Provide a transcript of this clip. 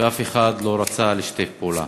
ואף אחד לא רצה לשתף פעולה.